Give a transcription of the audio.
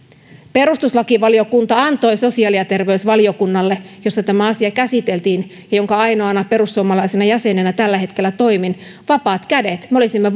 perustuslakivaliokunta antoi sosiaali ja terveysvaliokunnalle jossa tämä asia käsiteltiin ja jonka ainoana perussuomalaisena jäsenenä tällä hetkellä toimin vapaat kädet me olisimme